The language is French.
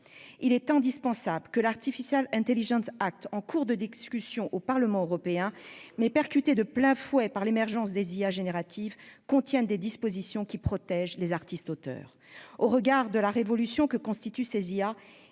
Il est indispensable que, en cours de discussion au Parlement européen et percuté de plein fouet par l'émergence des IA génératives, comporte des dispositions qui protègent les artistes-auteurs. Au regard de la révolution que constituent ces IA,